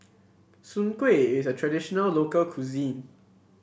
Soon Kway is a traditional local cuisine